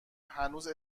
هنوز